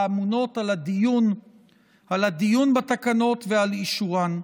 האמונות על הדיון בתקנות ועל אישורן.